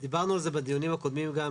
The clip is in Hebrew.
דיברנו על זה בדיונים הקודמים גם,